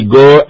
go